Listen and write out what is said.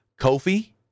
Kofi